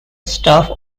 staff